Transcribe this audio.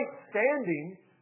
standing